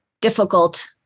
difficult